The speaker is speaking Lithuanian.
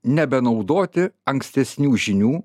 nebenaudoti ankstesnių žinių